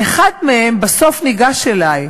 ואחד מהם בסוף ניגש אלי,